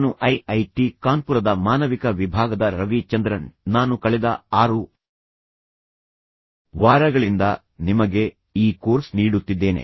ನಾನು I I T ಕಾನ್ಪುರದ ಮಾನವಿಕ ವಿಭಾಗದ ರವಿ ಚಂದ್ರನ್ ನಾನು ಕಳೆದ 6 ವಾರಗಳಿಂದ ನಿಮಗೆ ಈ ಕೋರ್ಸ್ ನೀಡುತ್ತಿದ್ದೇನೆ